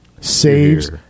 saves